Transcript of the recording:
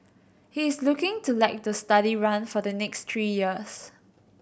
he is looking to let the study run for the next three years